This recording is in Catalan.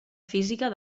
física